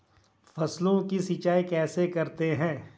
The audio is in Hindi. फसलों की सिंचाई कैसे करते हैं?